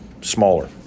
smaller